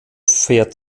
fährt